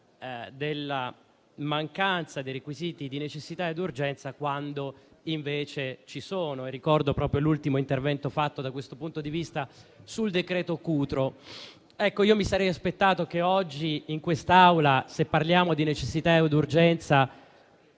della mancanza dei requisiti di necessità ed urgenza, quando invece tale mancanza sussiste. Ricordo proprio l'ultimo intervento fatto da questo punto di vista sul cosiddetto decreto-legge Cutro. Ecco, mi sarei aspettato che oggi in quest'Aula, se parliamo di necessità ed urgenza,